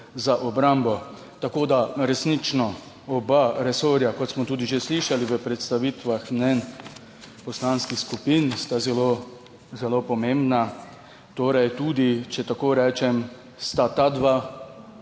za obrambo. Tako resnično oba resorja, kot smo tudi že slišali v predstavitvah mnenj poslanskih skupin, sta zelo, zelo pomembna. Torej, če tako rečem, sta ti